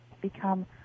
become